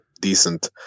decent